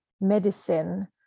medicine